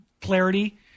clarity